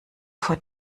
vor